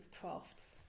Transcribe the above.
crafts